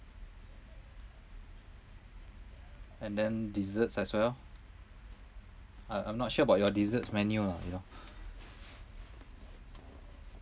and then desserts as well I I'm not sure about your dessert menu ah you know